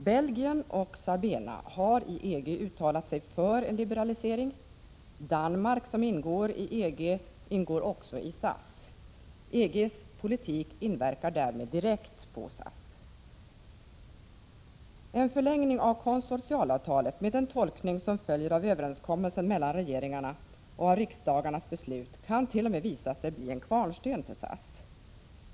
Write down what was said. Belgien och SABENA har i EG uttalat sig för en liberalisering. Danmark, som ingår i EG, ingår också i SAS. EG:s politik inverkar därmed direkt på SAS. En förlängning av konsortialavtalet med den tolkning som följer av överenskommelsen mellan regeringarna och av riksdagarnas beslut kan t.o.m. visa sig bli en kvarnsten för SAS.